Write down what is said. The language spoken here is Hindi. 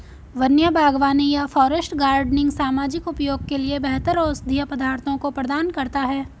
वन्य बागवानी या फॉरेस्ट गार्डनिंग सामाजिक उपयोग के लिए बेहतर औषधीय पदार्थों को प्रदान करता है